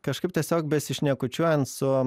kažkaip tiesiog besišnekučiuojant su